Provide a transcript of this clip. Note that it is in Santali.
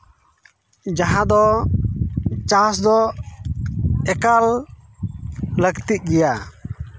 ᱡᱟᱦᱟᱸ ᱫᱚ ᱪᱟᱥ ᱫᱚ ᱮᱠᱟᱞ ᱞᱟᱹᱠᱛᱤᱜ ᱜᱮᱭᱟ